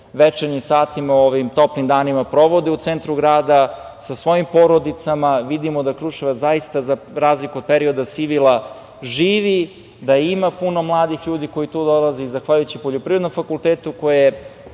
večernjima satima u ovim toplim danima provode u centru grada sa svojim porodicama, vidimo da Kruševac zaista, za razliku od perioda sivila, živi, da ima puno mladih ljudi koji tu dolaze i, zahvaljujući poljoprivrednom fakultetu, koji